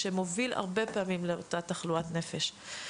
שהרבה פעמים מוביל לאותה תחלואת נפש.